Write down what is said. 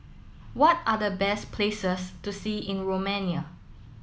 what are the best places to see in Romania